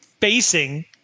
facing